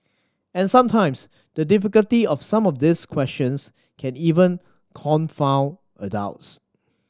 and sometimes the difficulty of some of these questions can even confound adults